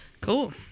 Cool